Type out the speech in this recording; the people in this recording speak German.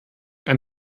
ein